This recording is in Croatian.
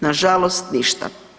Nažalost ništa.